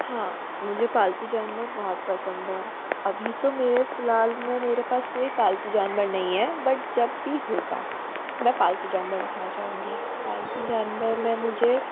हाँ मुझे पालतू जानवर बहोत पसंद हैं अभी तो मेरे फ़िलहाल में मेरे पास कोई पालतू जानवर नहीं है बट जब भी होगा मैं पालतू जानवर रखना चाहूँगी पालतू जानवर में मुझे